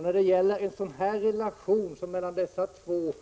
När det gäller en relation som den mellan dessa två